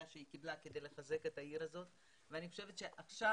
שהיא קיבלה כדי לחזק את העיר ואני חושבת שעכשיו